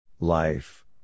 Life